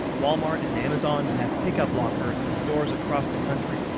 walmart and amazon have pickup lockers in stores across the country,